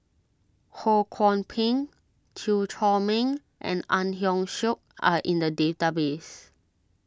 Ho Kwon Ping Chew Chor Meng and Ang Hiong Chiok are in the database